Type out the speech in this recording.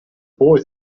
boy